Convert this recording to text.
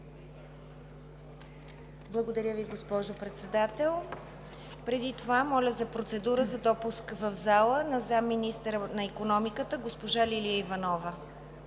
Благодаря Ви, госпожо Председател. Преди това моля за процедура за допуск в залата на заместник министъра на икономиката госпожа Лилия Иванова.